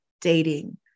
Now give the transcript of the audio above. dating